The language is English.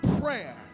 prayer